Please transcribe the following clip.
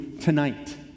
tonight